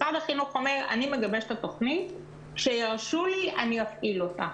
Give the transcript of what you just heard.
משרד החינוך אומר שהוא מגבש את התכנית וכשיאשרו לו הוא יפעיל אותה.